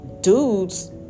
dudes